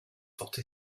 forty